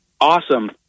Awesome